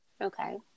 Okay